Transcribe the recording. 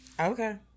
Okay